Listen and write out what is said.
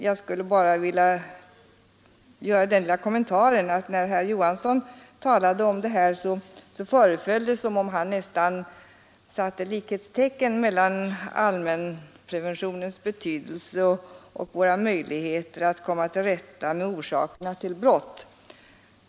Jag skulle bara vilja göra den lilla kommentaren att när herr Johansson talade om denna fråga, föreföll det nästan som om han satte likhetstecken mellan allmänpreventionens betydelse och våra möjligheter att komma till rätta med orsakerna till brott.